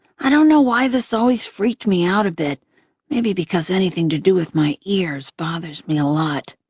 i don't know why this always freaked me out a bit maybe because anything to do with my ears bothers me a lot.